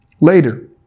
later